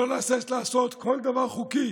לא נהסס לעשות כל דבר חוקי